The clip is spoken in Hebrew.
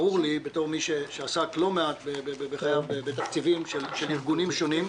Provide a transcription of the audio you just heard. ברור לי בתור מי שעסק לא מעט בחייו בתקציבים של ארגונים שונים,